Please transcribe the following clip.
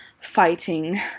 fighting